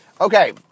Okay